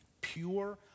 Pure